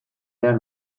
behar